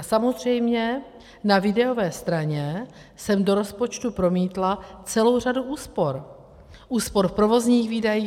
Samozřejmě na výdajové straně jsem do rozpočtu promítla celou řadu úspor úspor v provozních výdajích.